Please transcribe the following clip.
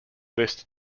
list